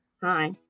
Hi